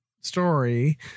story